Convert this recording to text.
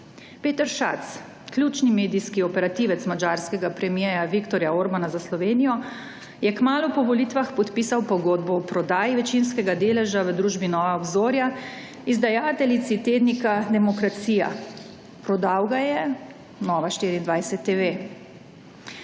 Peter Schatz, ključni medijski operativec madžarskega premierja Viktorja Orbána za Slovenijo, je kmalu po volitvah podpisal pogodbo o prodaji večinskega deleža v družbi Nova obzorja izdajateljici tednika Demokracija. Prodal ga je Nova24TV.